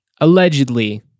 allegedly